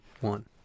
one